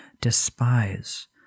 despise